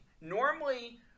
Normally